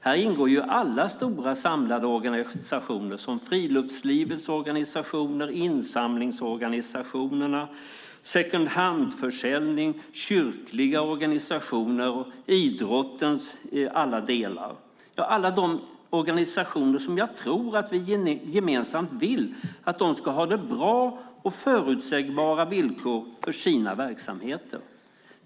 Här ingår alla stora samlande organisationer: friluftslivets organisationer, insamlingsorganisationerna, second hand-försäljning, kyrkliga organisationer och idrottens alla delar. Jag tror att vi alla vill att dessa organisationer ska ha bra och förutsägbara villkor för sina verksamheter.